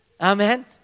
Amen